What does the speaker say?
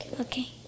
Okay